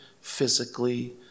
physically